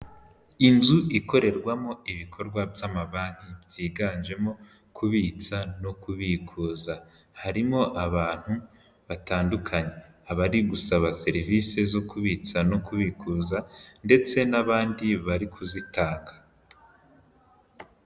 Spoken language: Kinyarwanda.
Inzu ikorerwamo ibikorwa by'amabanki byiganjemo kubitsa no kubikuza, harimo abantu batandukanye, abari gusaba serivisi zo kubitsa no kubikuza ndetse n'abandi bari kuzitanga.